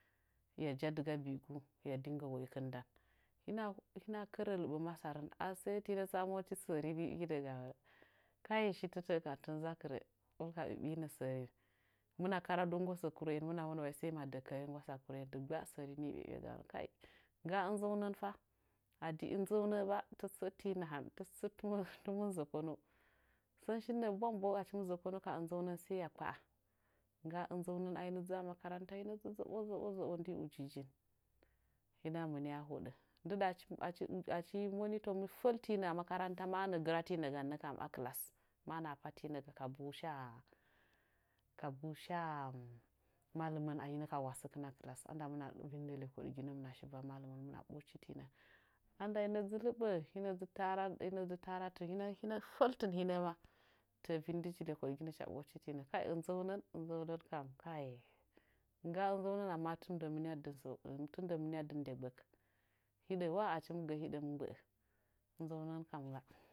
Hɨya hɨjadɨ dɨga bigu hɨya dinge woikɨn ndan hina kərə lɨɓə masarən asə tina tsama monchi səri ni ɓinəgamɨn kai shitə tə'ə kam tɨn za'akɨrə hɨmɨn ka ɓiɓi nə sərin hɨmɨna karadu nggosə kurəin hɨmɨna monə sai madə kəri nggwasa kurə'in dɨggba səreni ɓiɓinəgamɨn kai ngga ɨzaunən fa adi ɨzaʊnə fa tasəsə ti naham tasəsə tɨmɨndə zokuno sən shin nə'ə bwang bo, achimɨ zəkonu ka ɨzəunən, sai ya kpaa ngga ɨzəunən ahinəm dzu a akaranta ina dzi zoɓo zoɓo ndi ujijin hina mɨnia a hoɗə ndɨɗa achi achi moninto mɨ fəltinə a makaranta manə'ə gɨrantinəga nə kam a class ma nahapa tinə ga a class kabu sha kabu sha malɨmə ahinə ka wasəkɨn andamna vinndə lekoɗginə lɨmina shi va malɨmən hɨmɨna so chichitine andina dzi lɨɓə hina dzɨ taradi hɨna dzɨ tarattin hɨna feltɨn hinəma təꞌ vinndichi lekoɗ ginə hɨcha ɓochchitinə kai ɨnzəunən ɨnzəunən kam kai ngga ɨnzəunən amma tɨmɨndə mɨnigaddɨn sau gbək hɨɗəwa achimɨgə hidə mɨ mbə'ə ɨzaunən kam ngga.